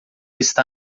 está